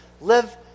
live